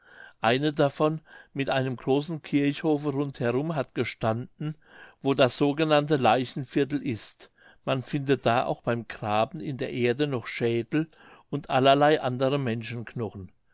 eine davon mit einem großen kirchhofe rund herum hat gestanden wo das sogenannte leichenviertel ist man findet da auch beim graben in der erde noch schädel und allerlei andere menschenknochen